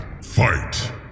Fight